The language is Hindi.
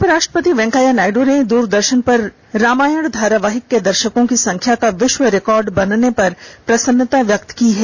उपराष्ट्रपति वेंकैया नायडू ने दूरदर्शन पर रामायण धारावाहिक के दर्शकों की संख्या का विश्व रिकार्ड बनने पर प्रसन्नता व्यक्त की है